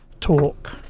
talk